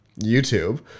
YouTube